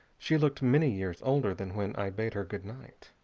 she looked many years older than when i bade her good night.